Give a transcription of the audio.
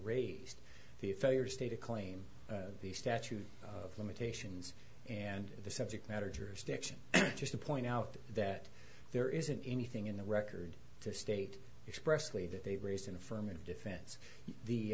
raised the failure to state a claim the statute of limitations and the subject matter jurisdiction just to point out that there isn't anything in the record to state expressly that they raised an affirmative defense the